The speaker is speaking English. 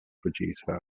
producer